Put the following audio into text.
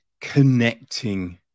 connecting